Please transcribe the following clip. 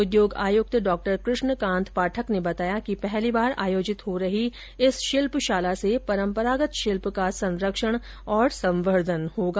उद्योग आयुक्त डॉ कृष्ण कांत पाठक ने बताया कि पहली बार आयोजित हो रही इस शिल्पशाला से परम्परागत शिल्प का संरक्षण और संवर्धन होगा